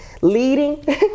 leading